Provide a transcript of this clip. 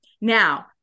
Now